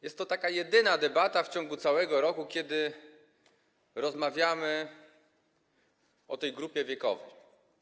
Jest to jedyna taka debata w ciągu całego roku, kiedy rozmawiamy o tej grupie wiekowej.